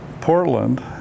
Portland